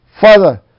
Father